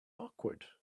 awkward